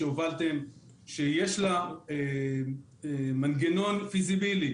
שיש לה מנגנון פיזיבילי